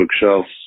bookshelves